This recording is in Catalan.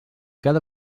cada